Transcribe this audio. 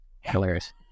hilarious